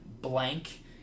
blank